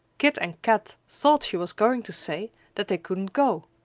kit and kat thought she was going to say that they couldn't go,